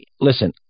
Listen